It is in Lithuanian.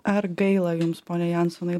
ar gaila jums pone jansonai